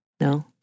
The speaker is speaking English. No